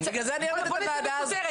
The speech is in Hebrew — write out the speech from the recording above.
בגלל זה אני אוהבת את הוועדה הזאת.